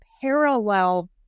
parallel